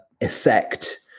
effect